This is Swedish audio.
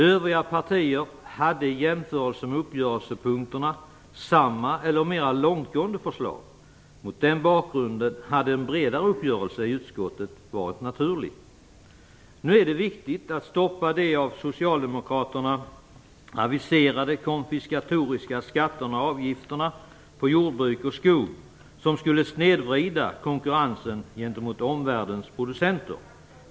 Övriga partier hade i jämförelse med uppgörelsepunkterna samma eller mera långtgående förslag. Mot den bakgrunden hade en bredare uppgörelse i utskottet varit naturlig. Nu är det viktigt att stoppa de av socialdemokraterna aviserade konfiskatoriska skatterna och avgifterna på jordbruk och skog som skulle snedvrida konkurrensen gentemot omvärldens producenter.